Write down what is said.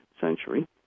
century